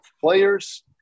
players